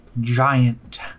giant